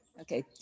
Okay